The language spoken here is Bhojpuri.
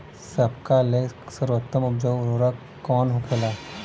सबका ले सर्वोत्तम उपजाऊ उर्वरक कवन होखेला?